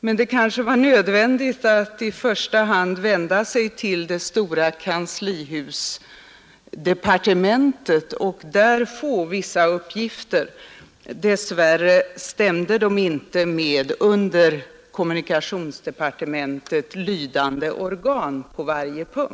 Men det kanske var nödvändigt att först vända sig till departementet i det stora kanslihuset och där få vissa uppgifter. Dess värre stämde de inte på varje punkt med uppgifterna från kommunikationsdepartementet underlydande organ.